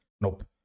Nope